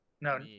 No